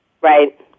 Right